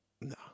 No